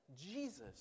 jesus